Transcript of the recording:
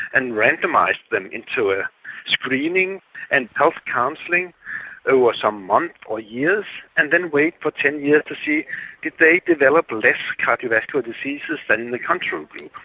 and randomise them into ah screening and health counselling over some months or years, and then wait for ten years to see did they develop ah cardiovascular diseases than in the control group.